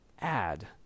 add